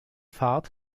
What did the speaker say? fahrt